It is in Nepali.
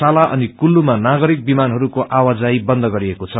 शाला अनिकुल्लुमा नागरिक विमानहरूको आवाजाही बन्द गरिएको छ